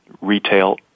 retail